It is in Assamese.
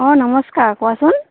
অ' নমস্কাৰ কোৱাচোন